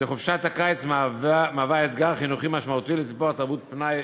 חופשת הקיץ מהווה אתגר חינוכי משמעותי לטיפוח תרבות פנאי